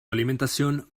alimentación